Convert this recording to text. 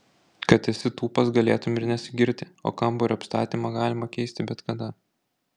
kad esi tūpas galėtum ir nesigirti o kambario apstatymą galima keisti bet kada